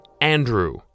Andrew